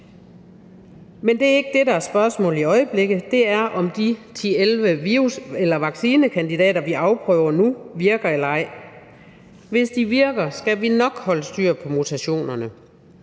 Men det er ikke det, der er spørgsmålet i øjeblikket. Spørgsmålet er, om de 10-11 vaccinekandidater, vi afprøver nu, virker eller ej. Hvis de virker, skal vi nok holde styr på mutationerne.